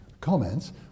comments